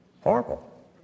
horrible